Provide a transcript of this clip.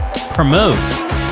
promote